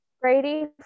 Brady